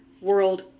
world